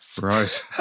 Right